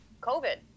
covid